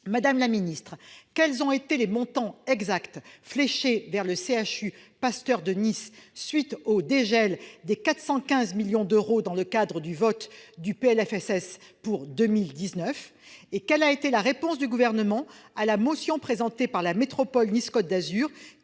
Madame la secrétaire d'État, quels ont été les montants exacts fléchés vers le CHU Pasteur de Nice à la suite du dégel de 415 millions d'euros voté dans le cadre du vote du PLFSS pour 2019 ? Quelle a été la réponse du Gouvernement à la motion présentée par la métropole Nice-Côte d'Azur,